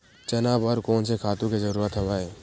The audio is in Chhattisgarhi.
चना बर कोन से खातु के जरूरत हवय?